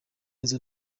neza